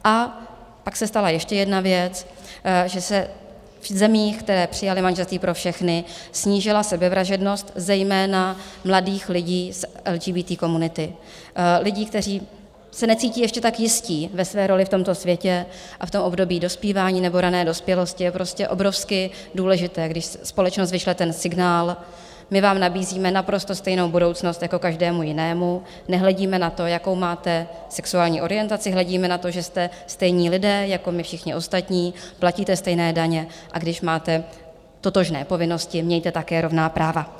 A pak se stala ještě jedna věc, že se v zemích, které přijaly manželství pro všechny, snížila sebevražednost, zejména mladých lidí z LGBT komunity, lidí, kteří se necítí ještě tak jistí ve své roli v tomto světě a v období dospívání nebo rané dospělosti je prostě obrovsky důležité, když společnost vyšle ten signál: My vám nabízíme naprosto stejnou budoucnost jako každému jinému, nehledíme na to, jakou máte sexuální orientaci, hledíme na to, že jste stejní lidé jako my všichni ostatní, platíte stejné daně, a když máte totožné povinnosti, mějte také rovná práva.